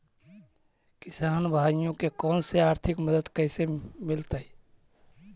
किसान भाइयोके कोन से आर्थिक मदत कैसे मीलतय?